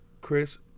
Chris